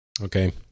Okay